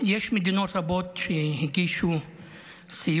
יש מדינות רבות שהגישו סיוע,